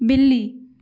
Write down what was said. बिल्ली